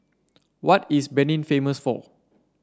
what is Benin famous for